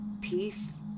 peace